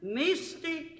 mystic